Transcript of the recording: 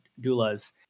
Doula's